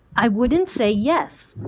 i wouldn't say yes.